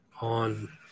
on